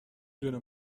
دونه